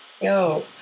yo